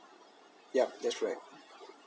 yup that's right